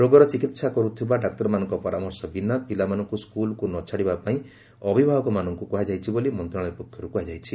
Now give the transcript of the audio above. ରୋଗର ଚିକିତ୍ସା କରୁଥିବା ଡାକ୍ତରମାନଙ୍କ ପରାମର୍ଶ ବିନା ପିଲାମାନଙ୍କୁ ସ୍କୁଲକୁ ନ ଛାଡ଼ିବା ପାଇଁ ଅଭିଭାବକମାନଙ୍କୁ କୁହାଯାଇଛି ବୋଲି ମନ୍ତଶାଳୟ ପକ୍ଷରୁ କୁହାଯାଇଛି